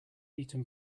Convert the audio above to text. eaten